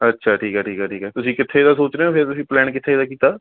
ਅੱਛਾ ਠੀਕ ਆ ਠੀਕ ਆ ਠੀਕ ਆ ਤੁਸੀਂ ਕਿੱਥੇ ਦਾ ਸੋਚ ਰਹੇ ਹੋ ਫੇਰ ਤੁਸੀਂ ਪਲੈਨ ਕਿੱਥੇ ਦਾ ਕੀਤਾ